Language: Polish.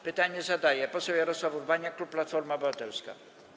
Pytanie zadaje poseł Jarosław Urbaniak, klub Platforma Obywatelska.